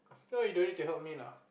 no you don't need to help me lah